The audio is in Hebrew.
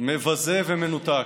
מבזה ומנותק.